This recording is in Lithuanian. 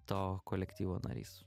to kolektyvo narys